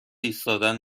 ایستادن